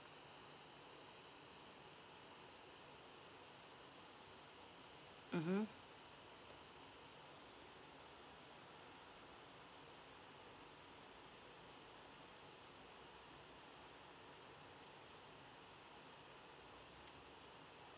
mmhmm